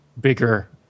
bigger